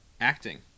acting